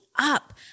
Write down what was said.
up